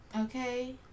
Okay